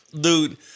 dude